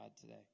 today